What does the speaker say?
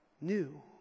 new